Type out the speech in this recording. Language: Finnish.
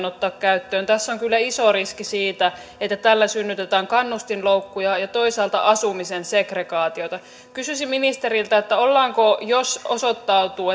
ottaa käyttöön tässä on kyllä iso riski siitä että tällä synnytetään kannustinloukkuja ja toisaalta asumisen segregaatiota kysyisin ministeriltä ollaanko jos osoittautuu